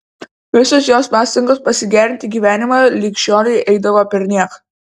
visos jos pastangos pasigerinti gyvenimą lig šiolei eidavo perniek